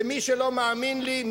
למי שלא מאמין לי,